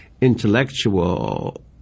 intellectual